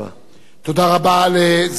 בבקשה, חבר הכנסת שנאן.